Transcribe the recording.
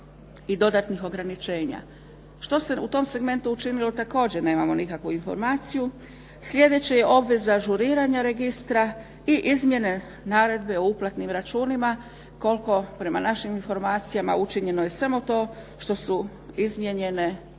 i dodatnih ograničenja. Što se u tom segmentu učinilo također nemamo nikakvu informaciju. Sljedeće je obveza ažuriranja registra i izmjene naredbe o uplatnim računima koliko prema našim informacijama učinjeno je samo to što su izmijenjene odredbe